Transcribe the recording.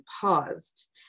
paused